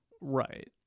Right